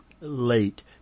late